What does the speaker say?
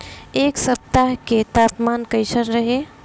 एह सप्ताह के तापमान कईसन रही?